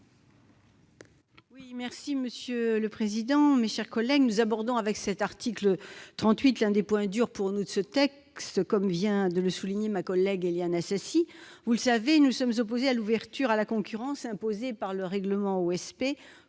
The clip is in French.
madame la ministre, mes chers collègues, nous abordons avec cet article 38 l'un des points durs selon nous de ce texte, comme vient de le souligner ma collègue Éliane Assassi. Vous le savez, nous sommes opposés à l'ouverture à la concurrence imposée par le règlement